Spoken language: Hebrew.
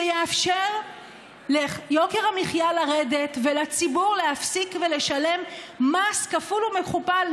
שיאפשר ליוקר המחיה לרדת ולציבור להפסיק ולשלם מס כפול ומכופל,